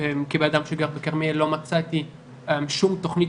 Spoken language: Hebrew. כבנאדם שגר בכרמיאל לא מצאתי שום תוכנית